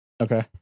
Okay